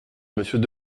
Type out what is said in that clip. monsieur